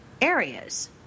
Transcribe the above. areas